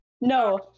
no